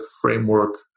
framework